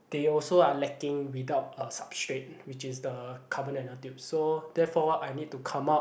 they also are lacking without a substrate which is the carbonano tubes so therefore I need to come up